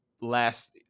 last